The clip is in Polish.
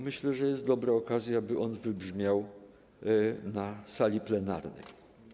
Myślę, że jest dobra okazja, by on wybrzmiał na sali plenarnej.